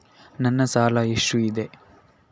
ನನ್ನ ಸಾಲ ಎಷ್ಟು ಇದೆ?